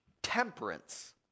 temperance